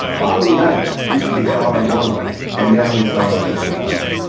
bobby knight used to be thought of one way and now he's thought of as another.